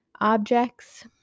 Objects